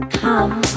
come